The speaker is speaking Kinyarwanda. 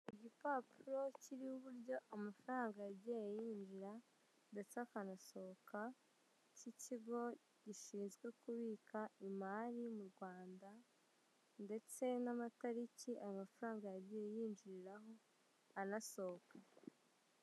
Igipapuro kiriho uburyo amafaranga yagiye yinjira ndetse akanasohoka k'ikigo gishinzwe kubika imari mu Rwanda ndetse n'amatariki amafaranga yagiye yinjiriraho akanasohoka.